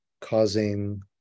causing